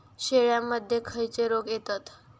शेळ्यामध्ये खैचे रोग येतत?